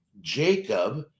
Jacob